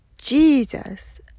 Jesus